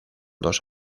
dos